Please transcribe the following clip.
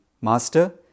Master